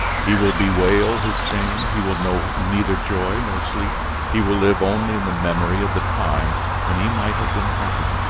he will bewail his shame, he will know neither joy nor sleep he will live only in the memory of the time when he might have been happy.